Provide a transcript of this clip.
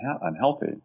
unhealthy